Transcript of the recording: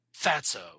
fatso